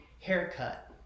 haircut